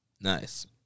Nice